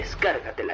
Descárgatela